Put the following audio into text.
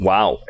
Wow